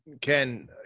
Ken